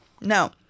No